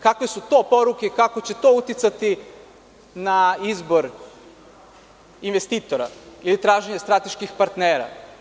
Kakve su to poruke i kako će to uticati na izbor investitora ili traženje strateških partnera?